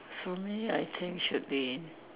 for me I think should be